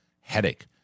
headache